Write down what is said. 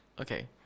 Okay